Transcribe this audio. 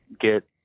get